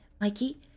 Mikey